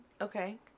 Okay